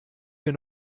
wir